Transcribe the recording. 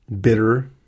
bitter